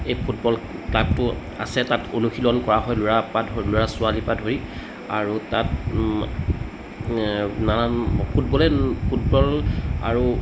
এই ফুটবল তাতো আছে তাত অনুশীলন কৰা হয় ল'ৰা পৰা ল'ৰা ছোৱালী পৰা ধৰি আৰু তাত নানান ফুটবলে ফুটবল আৰু